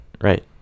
Right